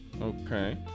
Okay